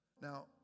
Now